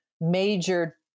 major